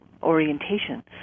Orientation